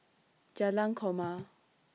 Jalan Korma